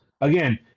again